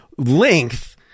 Length